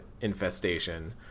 infestation